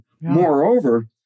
moreover